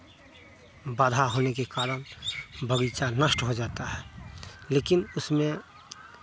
बाधा होने के कारण बगीचा नष्ट हो जा रहा है उसमें